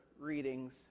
readings